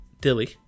Dilly